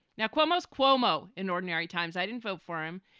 now, cuomo's cuomo in ordinary times, i didn't vote for him.